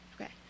Okay